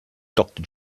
doctor